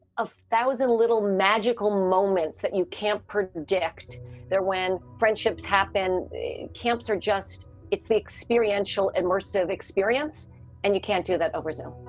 a thousand little magical moments that you can't predict there when friendships happen. the camps are just it's the experiential, immersive experience and you can't do that. oversoul